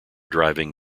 driving